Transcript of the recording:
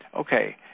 okay